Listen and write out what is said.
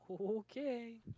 okay